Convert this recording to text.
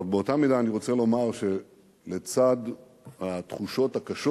באותה מידה אני רוצה לומר שלצד התחושות הקשות